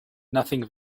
nothing